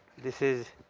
this is